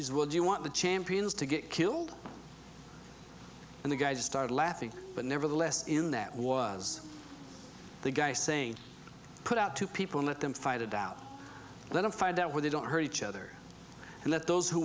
is would you want the champions to get killed and the guys started laughing but nevertheless in that was the guy saying put out to people let them fight it out let them find out where they don't hurt each other and let those who